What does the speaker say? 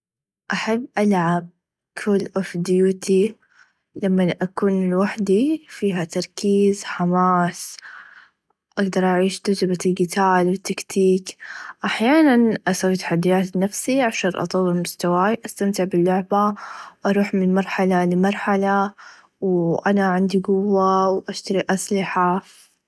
أحب ألعب كل Ofdute لمن اكون لوحدي فيها تركيز حماس أقدر أعيش تچربه الجيتار و التكتيك أحيانا أسوي تحديات لنفسي عشان أطور مستواي أستمتع باللعبه أروح من مرحله لمرحله و انا عندي قوه و أشتري أ سلحه.